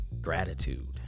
gratitude